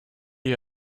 you